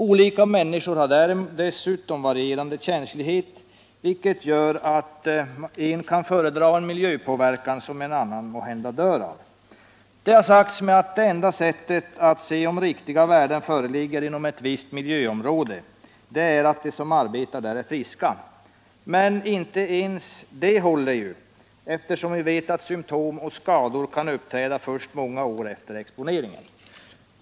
Olika människor har dessutom olika känslighet, vilket gör att den ene kan fördra en miljöpåverkan som den andre kanske dör av. Det har sagts mig att det enda sättet att konstatera om värdena är riktiga inom ett visst miljöområde är att se efter om de som arbetar där är friska. Men inte ens detta håller, eftersom vi vet att symtom och skador kan uppträda många år efter exponeringen.